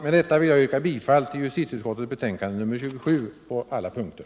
Med detta vill jag yrka bifall till justitieutskottets hemställan i betänkandet nr 27 på alla punkter.